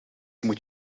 moet